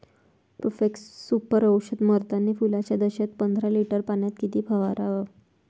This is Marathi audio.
प्रोफेक्ससुपर औषध मारतानी फुलाच्या दशेत पंदरा लिटर पाण्यात किती फवाराव?